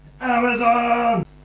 Amazon